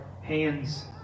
hands